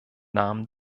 namen